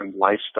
lifestyle